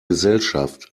gesellschaft